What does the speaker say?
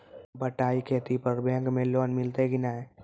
बटाई खेती पर बैंक मे लोन मिलतै कि नैय?